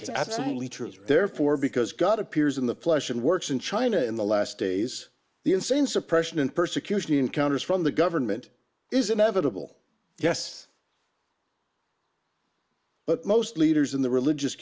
it's absolutely true therefore because god appears in the flesh and works in china in the last days the insane suppression and persecution encounters from the government is inevitable yes but most leaders in the religious